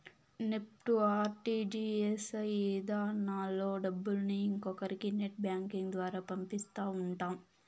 NEFT, RTGS ఇధానాల్లో డబ్బుల్ని ఇంకొకరి నెట్ బ్యాంకింగ్ ద్వారా పంపిస్తా ఉంటాం